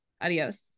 Adios